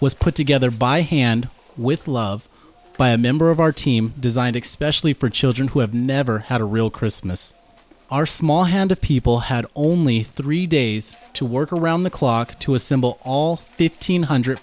was put together by hand with love by a member of our team designed expression for children who have never had a real christmas are small handed people had only three days to work around the clock to assemble all fifteen hundred